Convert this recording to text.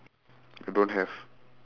don't have